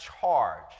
charge